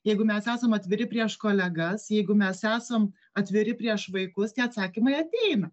jeigu mes esam atviri prieš kolegas jeigu mes esam atviri prieš vaikus tie atsakymai ateina